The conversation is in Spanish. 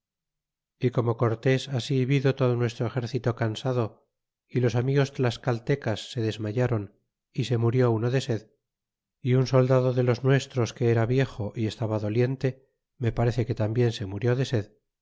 y como cortés así vido todo nuestro exército cansado y los amigos tlascaltecas se desmayáron y se murió uno de sed y un soldado de los nuestros que era viejo y estaba doliente me parece que tarnbien se murks de sed